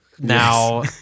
now